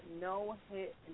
no-hit